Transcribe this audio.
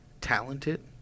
talented